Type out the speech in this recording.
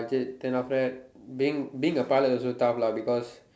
budget then after that being being a pilot also tough lah because